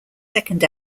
second